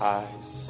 eyes